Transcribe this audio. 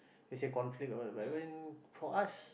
they say conflict or what but when for us